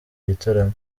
gitaramo